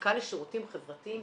למחלקה לשירותים חברתיים,